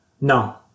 no